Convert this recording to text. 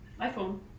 iphone